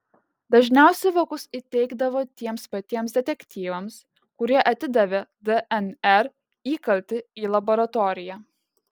dažniausiai vokus įteikdavo tiems patiems detektyvams kurie atidavė dnr įkaltį į laboratoriją